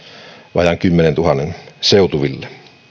vajaan kymmenentuhannen seutuville